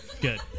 Good